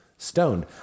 stoned